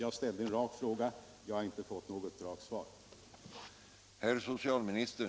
Jag ställde en rak fråga — jag har inte fått något rakt svar.